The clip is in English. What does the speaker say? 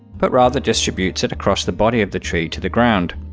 but rather distributes it across the body of the tree to the ground.